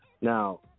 Now